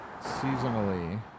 seasonally